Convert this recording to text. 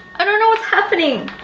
i don't know what's happening